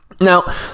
Now